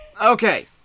Okay